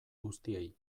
guztiei